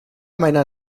meiner